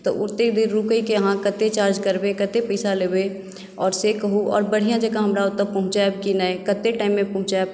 तऽ ओते देर रुकयके अहाँ कते चार्ज करबै कते पैसा लेबै आओर से कहु आओर बढ़ियाँ जकाँ हमरा ओतय पहुँचायब कि नहि कते टाइम मे पहुँचायब